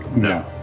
no.